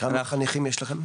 (היו"ר אלון טל) כמה חניכים יש לכם?